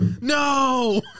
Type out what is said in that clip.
No